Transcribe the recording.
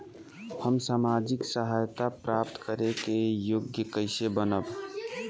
हम सामाजिक सहायता प्राप्त करे के योग्य कइसे बनब?